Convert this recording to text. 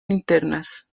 linternas